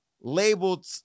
labeled